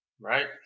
Right